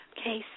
Okay